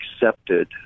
accepted